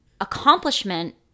accomplishment